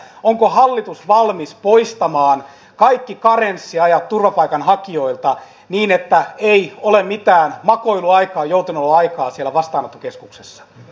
onko hallitus valmis poistamaan kaikki karenssiajat turvapaikanhakijoilta niin että ei ole mitään makoiluaikaa joutenoloaikaa siellä vastaanottokeskuksessa